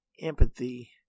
empathy